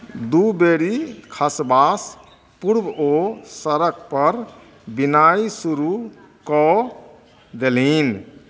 दू बेरि खसबासँ पूर्व ओ सड़कपर बिनाइ शुरू कऽ देलनि